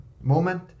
moment